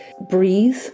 breathe